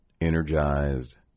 energized